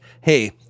hey